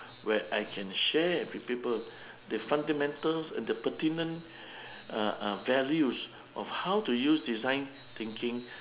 where I can share with people the fundamentals and the pertinent uh uh values of how to use design thinking